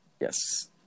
yes